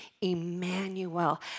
Emmanuel